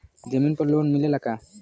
जमीन पर लोन मिलेला का?